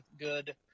good